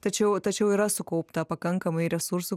tačiau tačiau yra sukaupta pakankamai resursų